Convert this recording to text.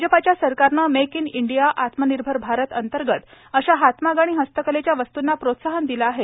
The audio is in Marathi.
भाजपाच्या सरकारने मेक इन इंडिया आत्मनिर्भर भारत अंतर्गत अशा हातमाग आणि हस्तकलेच्या वस्तूना प्रोत्साहन दिले आहे